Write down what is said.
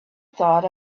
thought